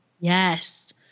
Yes